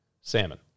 salmon